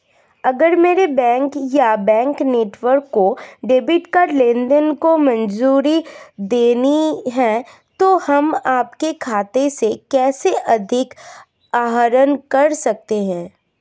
अगर मेरे बैंक या बैंक नेटवर्क को डेबिट कार्ड लेनदेन को मंजूरी देनी है तो हम आपके खाते से कैसे अधिक आहरण कर सकते हैं?